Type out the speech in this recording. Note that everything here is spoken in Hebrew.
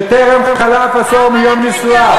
שטרם חלף עשור מיום נישואיו,